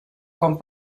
con